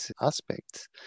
aspects